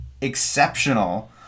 exceptional